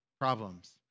problems